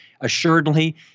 assuredly